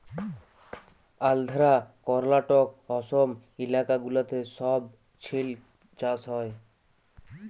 আল্ধ্রা, কর্লাটক, অসম ইলাকা গুলাতে ছব সিল্ক চাষ হ্যয়